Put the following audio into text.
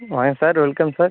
வாங்க sir welcome sir